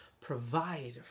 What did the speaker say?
provide